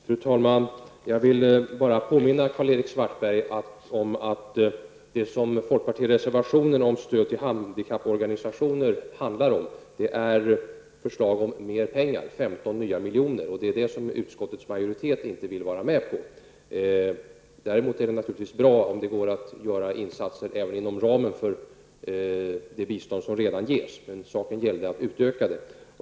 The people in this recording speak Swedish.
Fru talman! Jag vill bara påminna Karl-Erik Svartberg om att folkpartiets reservation om stöd till handikapporganisationer handlar om ett förslag om mer pengar, 15 nya miljoner. Det är detta som utskottets majoritet inte vill vara med på. Däremot är det naturligtvis bra om det går att göra insatser även inom ramen för det bistånd som redan ges, men saken gällde att utöka det.